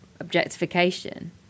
objectification